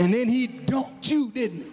and then he don't you didn't